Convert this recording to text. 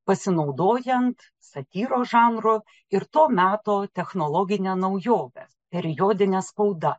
pasinaudojant satyros žanru ir to meto technologinia naujove periodine spauda